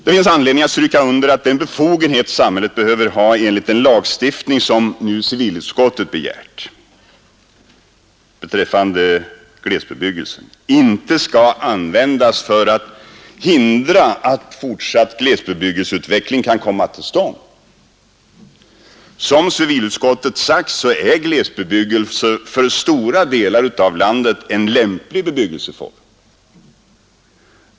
Det finns anledning stryka under att den befogenhet, som samhället behöver ha enligt den lagstiftning som nu civilutskottet begärt beträffande glesbebyggelsen, inte skall användas för att hindra att fortsatt glesbebyggelseutveckling kan komma till stånd. Som civilutskottet sagt är glesbebyggelse för stora delar av landet en lämplig bebyggelseform.